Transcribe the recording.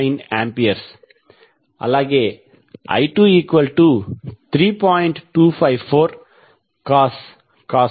4 3